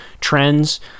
trends